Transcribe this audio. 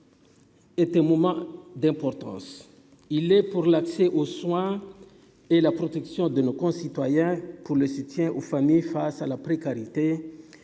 était moment d'importance, il est pour l'accès aux soins et la protection de nos. Concitoyens pour le soutien aux familles face à la précarité